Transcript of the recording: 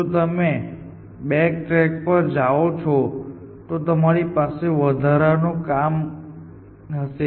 જો તમે back track પર જાઓ છો તો તમારી પાસે વધારાનું કામ હશે